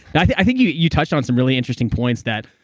i think you you touched on some really interesting points that.